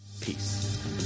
Peace